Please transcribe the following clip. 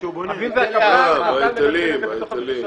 כשהוא בונה דירה, אה, ההיטלים, ההיטלים.